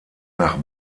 nach